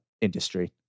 industry